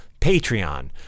patreon